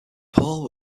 paul